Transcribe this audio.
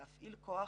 להפעיל כוח